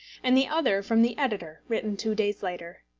and the other from the editor, written two days later.